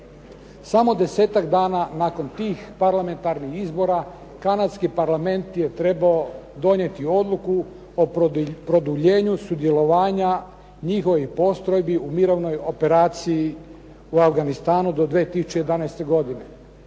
Samo 10-ak dana nakon tih parlamentarnih izbora kanadski parlament je trebao donijeti odluku o produljenju sudjelovanja njihovih postrojbi u mirovnoj operaciji u Afganistanu do 2011. godine.